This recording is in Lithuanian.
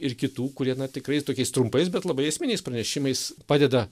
ir kitų kurie na tikrai tokiais trumpais bet labai esminiais pranešimais padeda